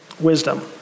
wisdom